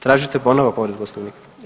Tražite ponovo povredu Poslovnika?